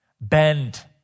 Bend